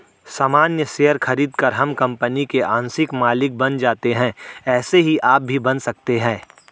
सामान्य शेयर खरीदकर हम कंपनी के आंशिक मालिक बन जाते है ऐसे ही आप भी बन सकते है